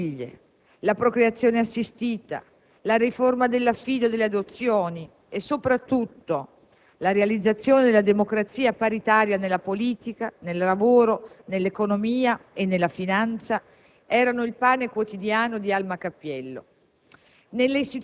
la famiglia, la procreazione assistita, la riforma dell'affido e delle adozioni e, soprattutto, la realizzazione della democrazia paritaria nella politica, nel lavoro, nell'economia e nella finanza erano il pane quotidiano di Alma Cappiello.